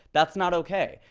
that's not ok.